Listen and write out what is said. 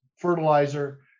fertilizer